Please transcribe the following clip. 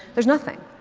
there's nothing.